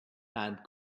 and